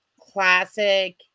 classic